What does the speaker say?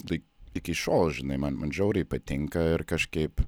tai iki šiol žinai man man žiauriai patinka ir kažkaip